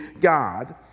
God